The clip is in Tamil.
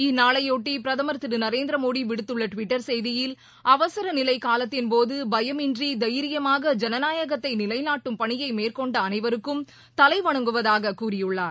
இந்நாளையொட்டி பிரதமர் திரு நரேந்திரமோடி விடுத்துள்ள டுவிட்டர் செய்தியில் அவசர நிலை காலத்தின்போது பயமின்றி தைியமாக ஜனநாயகத்தை நிலைநாட்டும் பணியை மேற்கொண்ட அனைவருக்கும் தலைவணங்குவதாக கூறியுள்ளார்